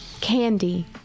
candy